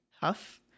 huff